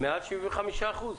מעל 75%?